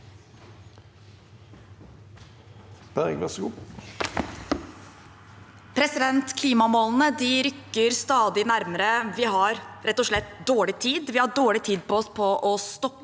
Klima- målene rykker stadig nærmere. Vi har rett og slett dårlig tid. Vi har dårlig tid på å stoppe